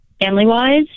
family-wise